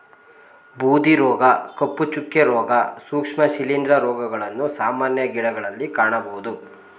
ಬೂದಿ ರೋಗ, ಕಪ್ಪು ಚುಕ್ಕೆ, ರೋಗ, ಸೂಕ್ಷ್ಮ ಶಿಲಿಂದ್ರ ರೋಗಗಳನ್ನು ಸಾಮಾನ್ಯ ಗಿಡಗಳಲ್ಲಿ ಕಾಣಬೋದು